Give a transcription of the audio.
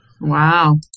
wow